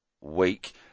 week